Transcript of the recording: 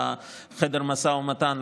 בחדר משא ומתן,